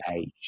age